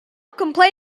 complain